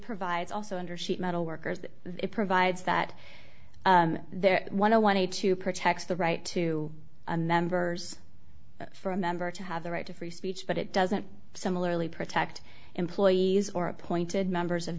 provides also under sheet metal workers it provides that there one i wanted to protect the right to a members for a member to have the right to free speech but it doesn't similarly protect employees or appointed members of